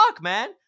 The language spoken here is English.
man